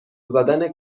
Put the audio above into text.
زدم